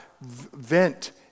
vent